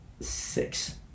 six